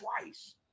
twice